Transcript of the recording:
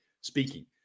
speaking